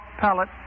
palate